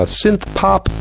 synth-pop